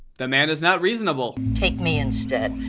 the man is not reasonable. take me instead.